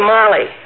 Molly